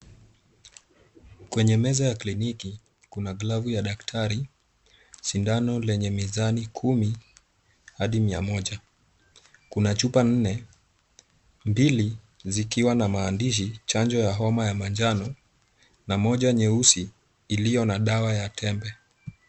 Kwenye meza ya kliniki, kuna glavu ya daktari, sindano lenye mizani kumi hadi mia moja. Kuna chupa nne, mbili zikiwa na maandishi chanjo ya homa ya manjano, na moja nyeusi iliyo na dawa ya tembe.